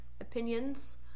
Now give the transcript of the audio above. opinions